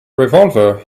revolver